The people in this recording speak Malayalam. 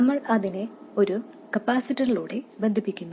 നമ്മൾ അതിനെ ഒരു കപ്പാസിറ്ററിലൂടെ ബന്ധിപ്പിക്കുന്നു